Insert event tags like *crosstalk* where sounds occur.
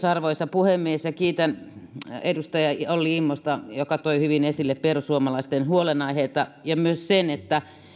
*unintelligible* arvoisa puhemies kiitän edustaja olli immosta joka toi hyvin esille perussuomalaisten huolenaiheita ja myös sen että